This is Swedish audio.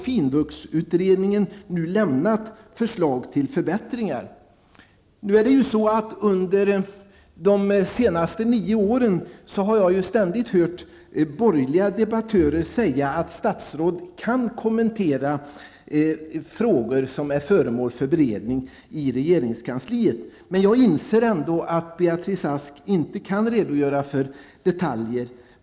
Finvuxutredningen har lämnat förslag till förbättringar. Under de senaste nio åren har jag ständigt hört borgerliga debattörer säga att statsrådet kan kommentera frågor som är föremål för beredning i regeringskansliet. Men jag inser ändå att Beatrice Ask inte kan redogöra för detaljer.